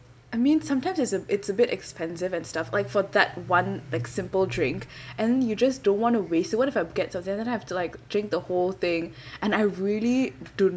I mean sometimes it's a it's a bit expensive and stuff like for that one like simple drink and you just don't want to waste it what if get something I don't like then I have to like drink the whole thing and I really do